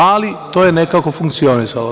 Ali, to je nekako funkcionisalo.